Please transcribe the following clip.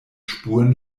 spuren